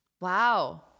Wow